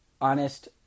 honest